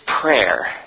prayer